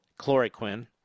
chloroquine